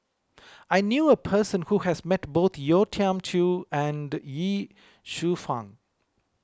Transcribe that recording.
I knew a person who has met both Yeo Tiam Siew and Ye Shufang